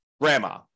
grandma